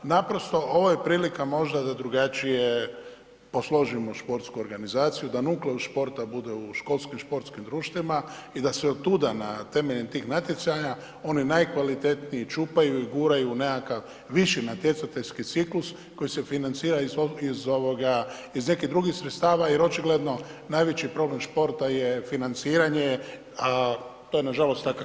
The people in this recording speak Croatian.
Naprosto ovo je prilika možda da drugačije posložimo sportsku organizaciju, da nukleus sporta bude u školskim sportskim društvima i da se od tuda na temeljem tih natjecanja oni najkvalitetniji čupaju i guraju u nekakav viši natjecateljski ciklus koji se financira iz nekih drugih sredstava jer očigledno najveći problem sporta je financiranje, to je nažalost takav tijek.